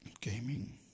Gaming